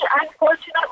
unfortunately